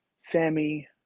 sammy